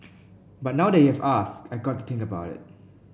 but now that you have asked I got to think about it